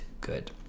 good